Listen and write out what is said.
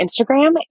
Instagram